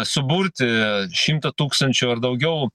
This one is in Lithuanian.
suburti šimtą tūkstančių ar daugiau